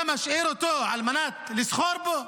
אתה משאיר אותו על מנת לסחור בו?